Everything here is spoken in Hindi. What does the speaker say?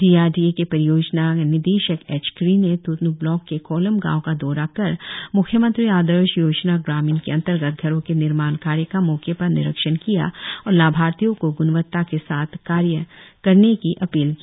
डी आर डी ए के परियोजना के निदेशक एचक्री ने त्तन् ब्लॉक के कोलम गांव का दौरा कर मुख्यमंत्री आदर्श योजना ग्रामीण के अंतर्गत घरों के निर्माण कार्य का मौके पर निरीक्षण किया और लाभार्थियों को ग्णवता के साथ कार्य करने की अपील की